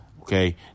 Okay